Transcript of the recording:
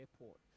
airport